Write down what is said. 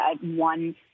one